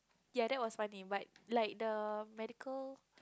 ya that was funny but like the medical